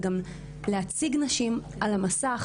וגם להציג נשים על המסך,